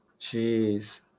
Jeez